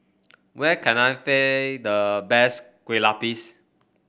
where can I the best Kue Lupis